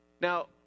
Now